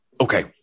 okay